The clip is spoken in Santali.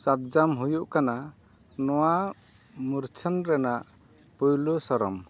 ᱥᱟᱫᱽᱡᱚᱢ ᱦᱩᱭᱩᱜ ᱠᱟᱱᱟ ᱱᱚᱣᱟ ᱢᱩᱨᱪᱷᱟᱹᱢ ᱨᱮᱱᱟᱜ ᱯᱳᱭᱞᱳ ᱥᱚᱨᱚᱢ